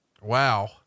wow